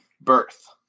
birth